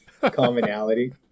commonality